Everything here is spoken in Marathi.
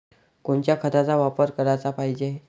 कोनच्या खताचा वापर कराच पायजे?